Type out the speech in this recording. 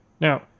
Now